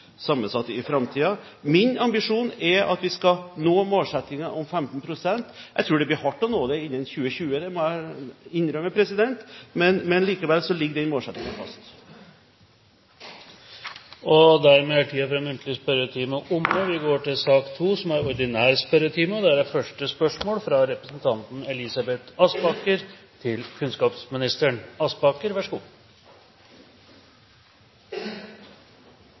i framtiden. Min ambisjon er at vi skal nå målsettingen om 15 pst. Jeg tror det vil bli hardt å nå det innen 2020 – det må jeg innrømme – men likevel ligger den målsettingen fast. Dermed er den muntlige spørretimen omme. Jeg har følgende spørsmål til